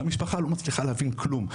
המשפחה לא מצליחה להבין כלום,